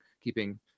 keeping